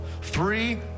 Three